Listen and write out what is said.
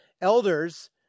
Elders